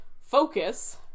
Focus